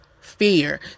fear